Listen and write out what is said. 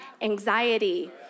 anxiety